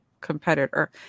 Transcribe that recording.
competitor